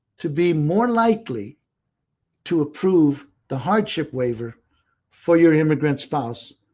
to be more likely to approve the hardship waiver for your immigrant spouse